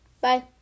Bye